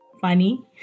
funny